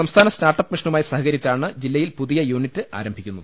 സംസ്ഥാന സ്റ്റാർട്ടപ്പ് മിഷനുമായി സഹകരിച്ചാണ് ജില്ല യിൽ പുതിയ യൂണിറ്റ് ആരംഭിക്കുന്നത്